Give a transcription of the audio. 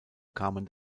kamen